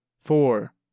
four